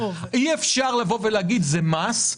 אי אפשר להגיד שזה מס,